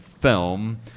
film